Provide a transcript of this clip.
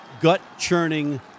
gut-churning